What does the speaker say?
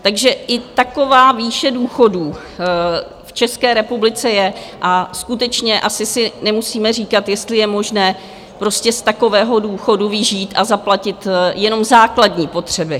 Takže i taková výše důchodů v České republice je a skutečně asi si nemusíme říkat, jestli je možné z takového důchodu vyžít a zaplatit jenom základní potřeby.